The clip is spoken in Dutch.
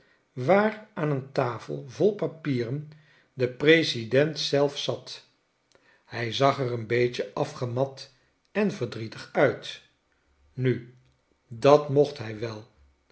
waar aan een tafel vol papieren de president zelf zat hy zag er een beetje afgemat en verdrietig uit nu dat mocht hij wel